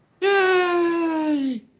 Yay